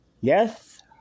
Yes